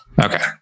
Okay